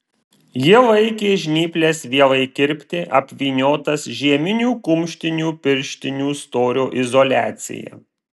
ji laikė žnyples vielai kirpti apvyniotas žieminių kumštinių pirštinių storio izoliacija